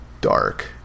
dark